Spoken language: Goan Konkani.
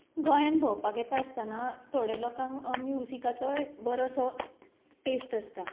गोंयांत भोवपाक येता आसतना थोड्या लोकांक म्युजिकाचोय बरो सो टेस्ट आसता